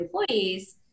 employees